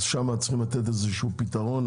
אז שמה צריכים לתת איזה שהוא פתרון,